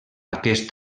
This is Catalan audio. aquest